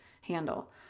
handle